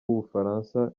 w’ubufaransa